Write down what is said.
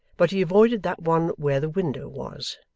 but he avoided that one where the window was,